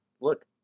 look